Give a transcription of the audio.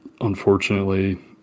unfortunately